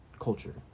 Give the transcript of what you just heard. culture